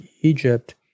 Egypt